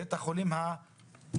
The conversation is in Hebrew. בית החולים האוסטרי.